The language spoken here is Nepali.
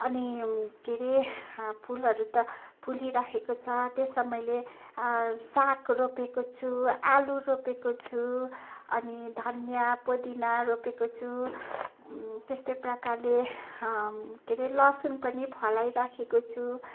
अनि के अरे फुलहरू त फुलिरहेको छ त्यसमा मैले साग रोपेको छु आलु रोपेको छु अनि धनिया पुदिना रोपेको छु त्यस्तै प्रकारले के अरे लसुन पनि फलाइरहेको छु